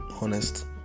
honest